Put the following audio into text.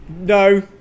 no